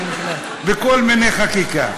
בכל מיני חקיקה.